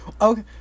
Okay